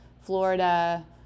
Florida